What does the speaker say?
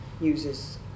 uses